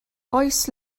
oes